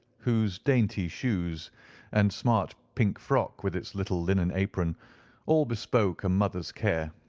whose dainty shoes and smart pink frock with its little linen apron all bespoke a mother's care.